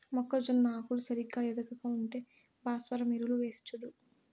మొక్కజొన్న ఆకులు సరిగా ఎదగక ఉంటే భాస్వరం ఎరువులు వేసిచూడు